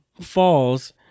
falls